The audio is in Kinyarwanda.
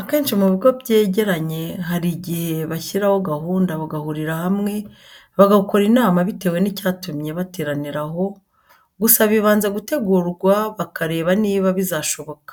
Akenci mu bigo byejyeranye hari ijyihe bashyiraho gahunda bagahurira hamwe bagakora inama bitewe n'icyatumye bateranira aho, gusa bibanza gutegurwa bakareba niba bizashoboka.